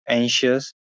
anxious